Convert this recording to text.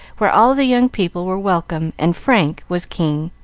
where all the young people were welcome and frank was king.